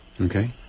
Okay